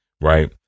Right